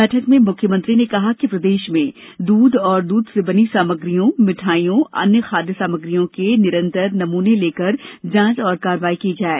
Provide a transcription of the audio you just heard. बैठक में मुख्यमंत्री ने कहा कि प्रदेश में दूध एवं दूध से बनी सामग्रियों मिठाइयों अन्य खादय सामग्रियों के निरंतर नमूने लेकर जांच एवं कार्रवाई की जाये